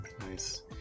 Nice